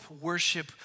worship